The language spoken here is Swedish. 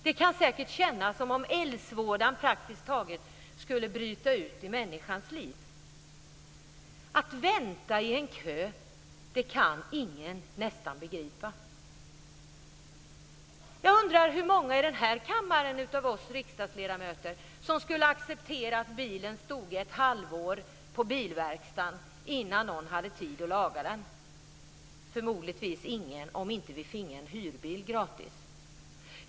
Det kan säkert kännas som om eldsvådan praktiskt taget skulle bryta ut i människans liv. Att vänta i en kö - det kan nästan ingen begripa! Jag undrar hur många av oss riksdagsledamöter i den här kammaren som skulle acceptera att bilen stod ett halvår på bilverkstaden innan någon hade tid att laga den. Förmodligen ingen om inte vi finge en hyrbil gratis.